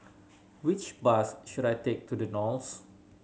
which bus should I take to The Knolls